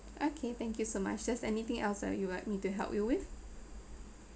okay thank you so much is there anything else that you'd like me to help you with